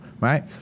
right